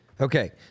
Okay